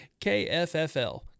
kffl